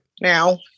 now